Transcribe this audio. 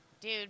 Dude